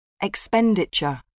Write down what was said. Expenditure